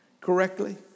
correctly